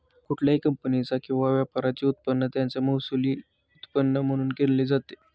कुठल्याही कंपनीचा किंवा व्यापाराचे उत्पन्न त्याचं महसुली उत्पन्न म्हणून गणले जाते